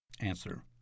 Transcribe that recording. Answer